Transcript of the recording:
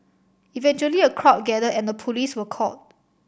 eventually a crowd gathered and the police were called